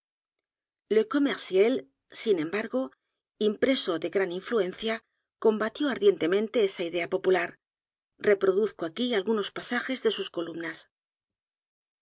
le commerciel sin embargo impreso de gran influencia combatió ardientemente esa idea popular reproduzco aquí algunos pasajes de sus columnas